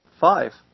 Five